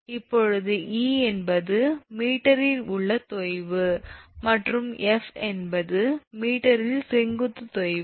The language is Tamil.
இப்போது e என்பது மீட்டரில் உள்ள தொய்வு மற்றும் f என்பது மீட்டரில் செங்குத்து தொய்வு